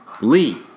Lee